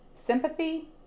Sympathy